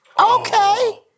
okay